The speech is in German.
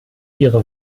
ihre